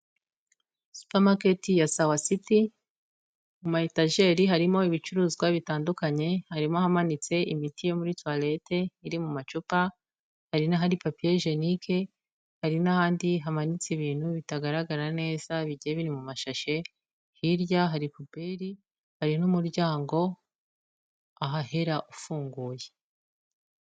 Supamaketi ya Sawa city, mu ma etajeri harimo ibicuruzwa bitandukanye, harimo ahamanitse imiti yo muri tuwalete iri mu macupa, hari n'ahori papiye jenike, hari n'ahandi hamanitse ibintu bitagaragara neza bigiye biri mu mashashi, hirya hari puberi, hari n'umuryango ahahera ufunguye.